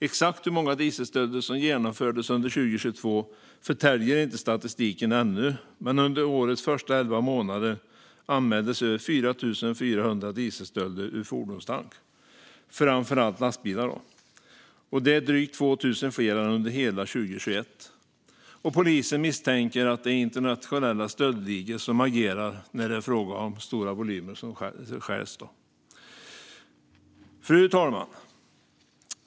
Exakt hur många dieselstölder som genomfördes under 2022 förtäljer inte statistiken ännu, men under årets första elva månader anmäldes över 4 400 dieselstölder ur fordonstank - framför allt lastbilar. Det är drygt två tusen fler än under hela 2021." Polisen misstänker att det är internationella stöldligor som agerar när det är fråga om stora volymer som stjäls. Fru talman!